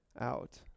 out